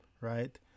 right